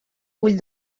ull